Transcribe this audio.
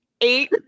eight